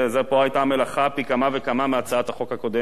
פה היתה המלאכה פי כמה וכמה מבהצעת החוק הקודמת,